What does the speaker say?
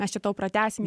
mes čia tau pratęsim